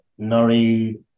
Nori